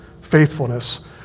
faithfulness